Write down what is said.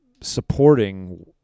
supporting